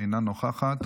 אינה נוכחת,